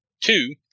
Two